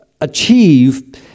achieve